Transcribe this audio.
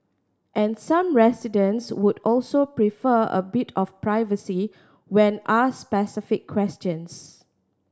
and some residents would also prefer a bit of privacy when asked specific questions